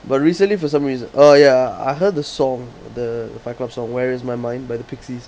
but recently for some reason uh ya I heard the song the fight club song where is my mind by the pixies